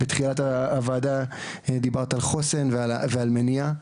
בתחילת הוועדה דיברת על חוסן ומניעה,